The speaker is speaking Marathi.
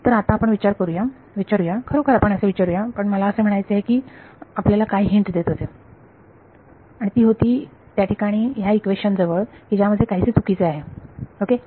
तर आता आपण विचारू या खरोखर आपण असे विचारू या पण मला असे म्हणायचे आहे मी आपल्याला काय हिंट देत होते आणि ती होती या ठिकाणी ह्या इक्वेशन जवळ की ज्यामध्ये काहीसे चुकीचे आहेत ओके